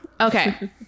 Okay